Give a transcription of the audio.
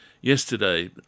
yesterday